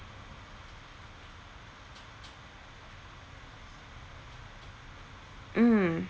mm